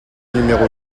numéro